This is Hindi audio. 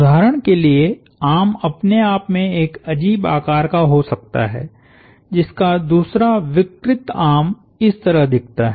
उदाहरण के लिए आर्म अपने आप में एक अजीब आकार का हो सकता है जिसका दूसरा विकृत आर्म इस तरह दिखता है